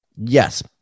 Yes